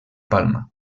palma